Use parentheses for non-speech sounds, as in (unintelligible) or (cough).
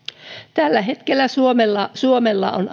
tällä hetkellä suomella suomella on (unintelligible)